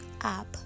app